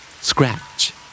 Scratch